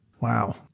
Wow